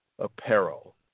Apparel